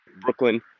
Brooklyn